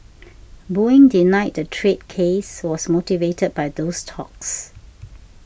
Boeing denied the trade case was motivated by those talks